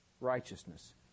righteousness